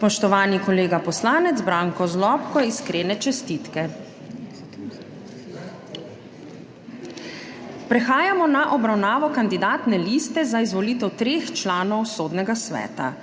Spoštovani kolega poslanec Branko Zlobko, iskrene čestitke! Prehajamo na obravnavo **Kandidatne liste za izvolitev treh članov Sodnega sveta.**